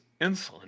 insulin